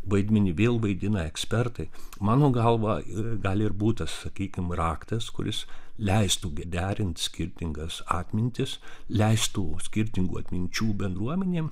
vaidmenį vėl vaidina ekspertai mano galva gali ir būt tas sakykim raktas kuris leistų derint skirtingas atmintis leistų skirtingų atminčių bendruomenėm